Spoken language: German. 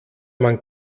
man